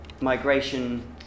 migration